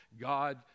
God